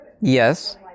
Yes